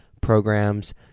programs